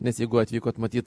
nes jeigu atvykot matyt